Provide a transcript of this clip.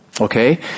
Okay